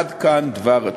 עד כאן דבר התשובה.